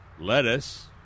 lettuce